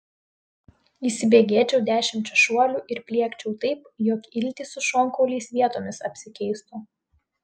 įsibėgėčiau dešimčia šuolių ir pliekčiau taip jog iltys su šonkauliais vietomis apsikeistų